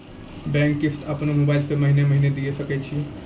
बीमा किस्त अपनो मोबाइल से महीने महीने दिए सकय छियै?